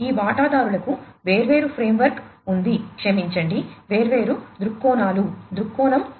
ఈ వాటాదారులకు వేర్వేరు ఫ్రేమ్వర్క్ ఉంది క్షమించండి వేర్వేరు దృక్కోణాలు దృక్కోణం 1